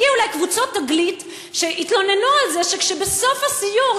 הגיעו אלי קבוצות "תגלית" שהתלוננו על זה שבסוף הסיור,